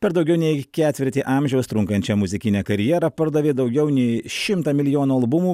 per daugiau nei ketvirtį amžiaus trunkančią muzikinę karjerą pardavė daugiau nei šimtą milijonų albumų